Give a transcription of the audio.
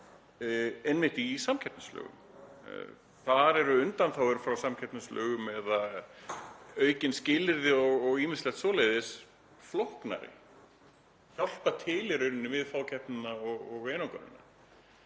einmitt í samkeppnislögum. Þar eru undanþágur frá samkeppnislögum eða aukin skilyrði og ýmislegt svoleiðis flóknara og hjálpar í rauninni til við fákeppni og einokunina.